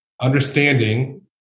understanding